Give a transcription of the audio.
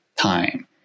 time